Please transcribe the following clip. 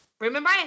Remember